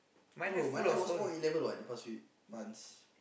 oh my life was all eleven what the past week months